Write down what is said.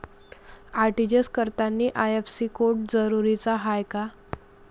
RTGS करतांनी IFSC code जरुरीचा हाय का?